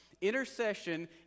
Intercession